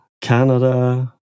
Canada